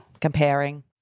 Comparing